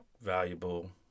valuable